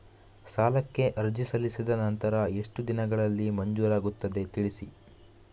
ಸಾಲಕ್ಕೆ ಅರ್ಜಿ ಸಲ್ಲಿಸಿದ ನಂತರ ಎಷ್ಟು ದಿನಗಳಲ್ಲಿ ಮಂಜೂರಾಗುತ್ತದೆ ತಿಳಿಸಿ?